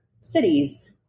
cities